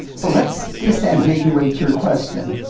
so, let's disambiguate your question.